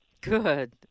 good